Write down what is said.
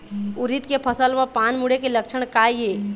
उरीद के फसल म पान मुड़े के लक्षण का ये?